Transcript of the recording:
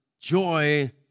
joy